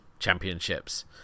championships